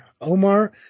Omar